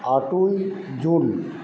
আটই জুন